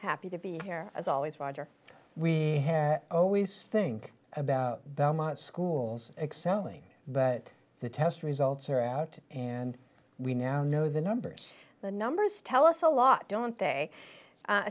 happy to be here as always roger we always think about belmont schools excelling but the test results are out and we now know the numbers the numbers tell us a lot don't they